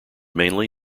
mainly